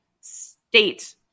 state